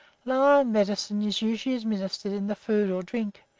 lion medicine is usually administered in the food or drink,